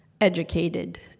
educated